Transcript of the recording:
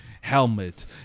helmet